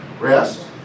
Rest